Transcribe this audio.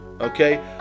Okay